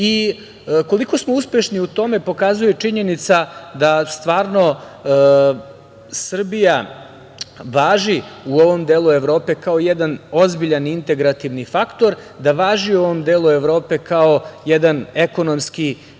Koliko smo uspešni u tome pokazuje činjenica da stvarno Srbija važi u ovom delu Evrope kao jedan ozbiljan integrativni faktor, da važi u ovom delu Evrope kao jedan ekonomski